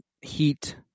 Heat